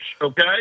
okay